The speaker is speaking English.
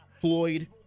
Floyd